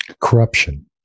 corruption